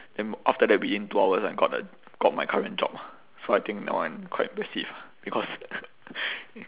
then after that within two hours I got a got my current job ah so I think that one quite impressive because